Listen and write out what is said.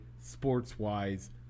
sports-wise